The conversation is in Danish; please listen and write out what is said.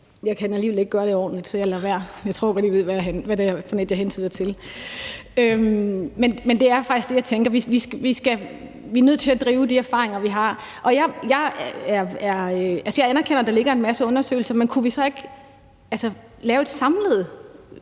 jeg kan alligevel ikke gøre det ordentligt, så jeg lader være. Men jeg tror godt, I ved, hvad det er for et, jeg hentyder til. Men det er faktisk det, jeg tænker, for vi er nødt til at bruge de erfaringer, vi har. Jeg anerkender, at der ligger en masse undersøgelser, men kunne vi så ikke til næste